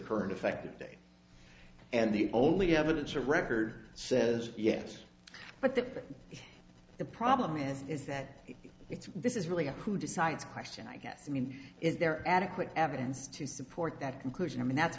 current effective day and the only evidence of record says yes but that the problem is is that it's this is really a who decides question i guess i mean is there adequate evidence to support that conclusion and that's